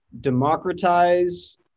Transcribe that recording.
Democratize